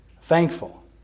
Thankful